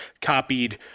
copied